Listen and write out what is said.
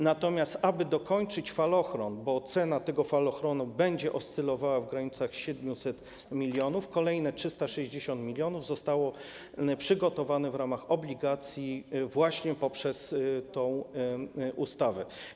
Natomiast aby dokończyć falochron - bo cena tego falochronu będzie oscylowała w granicach 700 mln - kolejne 360 mln zostało przygotowane w ramach obligacji właśnie poprzez tę ustawę.